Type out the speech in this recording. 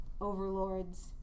overlords